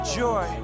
joy